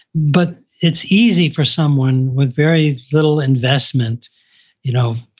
but it's easy for someone with very little investment you know,